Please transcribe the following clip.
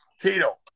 tito